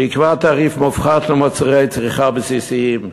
שיקבע תעריף מופחת למוצרי צריכה בסיסיים,